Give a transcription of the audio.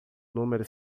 número